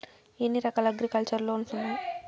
ఎన్ని రకాల agriculture loans ఉండాయి